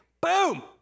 Boom